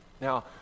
Now